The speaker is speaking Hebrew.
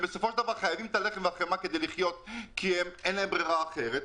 שחייבים את הלחם והחמאה כדי לחיות כי אין להם ברירה אחרת,